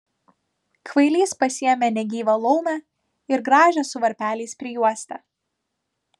kvailys pasiėmė negyvą laumę ir gražią su varpeliais prijuostę